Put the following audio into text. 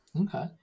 Okay